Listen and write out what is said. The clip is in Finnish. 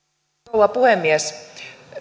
rouva puhemies